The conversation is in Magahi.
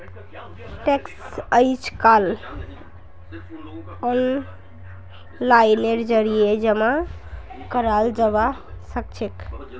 टैक्स अइजकाल ओनलाइनेर जरिए जमा कराल जबा सखछेक